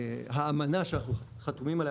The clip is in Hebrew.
האמנה שאנחנו חתומים עליה,